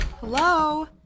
Hello